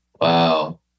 Wow